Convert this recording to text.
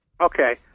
Okay